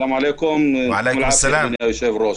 אהלן, סאלם עליכום אדוני היושב-ראש.